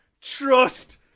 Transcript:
trust